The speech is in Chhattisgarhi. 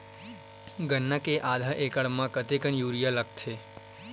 गन्ना के आधा एकड़ म कतेकन यूरिया लगथे?